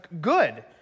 good